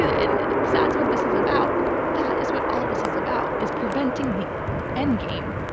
and because that's what this is about, that is what all of this is about, is preventing the endgame,